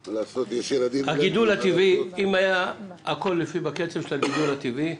אם הכול היה לפי הקצב של הגידול הטבעי,